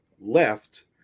left